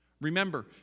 Remember